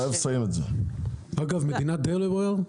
אגב, מדינת דלאוור.